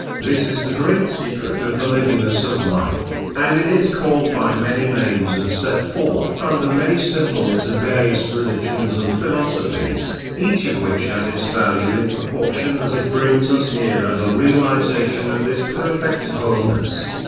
this is the great secret of the livingness of life, and it is called by many names and set forth under many symbols in various religions and philosophies, each of which has its value in proportion as it brings us nearer the realisation of this perfect wholeness.